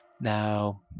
Now